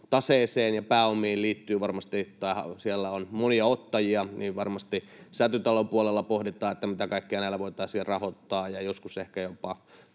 taseelle ja pääomille on varmasti monia ottajia, ja varmasti Säätytalon puolella pohditaan, mitä kaikkea näillä voitaisiin rahoittaa. Ja kun joskus ehkä jopa